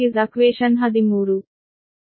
ಇದು ಸಮೀಕರಣ 13